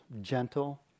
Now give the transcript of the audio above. gentle